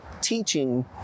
teaching